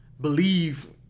believe